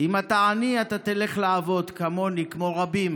אם אתה עני, אתה תלך לעבוד, כמוני, כמו רבים,